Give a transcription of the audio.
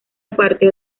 aparte